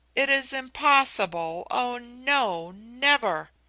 it is impossible oh no! never!